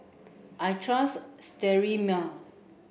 I trust Sterimar